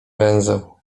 węzeł